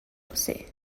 você